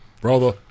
Brother